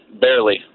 Barely